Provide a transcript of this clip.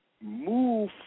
move